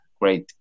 great